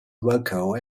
vocal